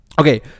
Okay